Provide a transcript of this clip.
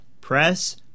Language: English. Press